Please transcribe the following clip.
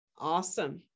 Awesome